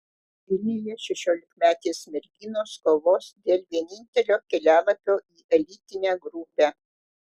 vilniuje šešiolikmetės merginos kovos dėl vienintelio kelialapio į elitinę grupę